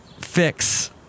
fix